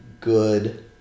good